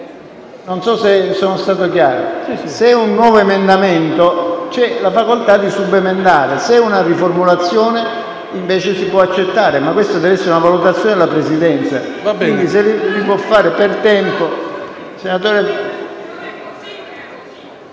Non so se sono stato chiaro. Se è un nuovo emendamento, c'è la facoltà di subemendare; se è una riformulazione, si può accettare, ma è una valutazione della Presidenza.